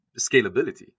scalability